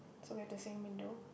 so we have the same window